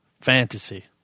fantasy